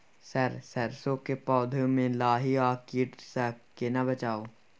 Sir सरसो के पौधा में लाही आ कीट स केना बचाऊ?